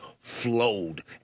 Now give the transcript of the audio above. flowed